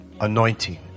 anointing